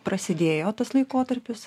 prasidėjo tas laikotarpis